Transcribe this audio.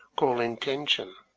call intention.